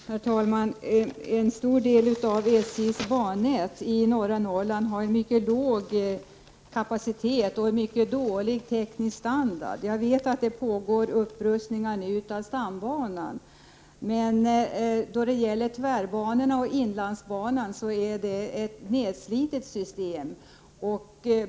Herr talman! En stor del av SJ:s bannät i norra Norrland har en mycket låg kapacitet och en mycket dålig teknisk standard. Jag vet att det nu pågår upprustningar av stambanan, men på tvärbanorna och inlandsbanan är systemet nedslitet.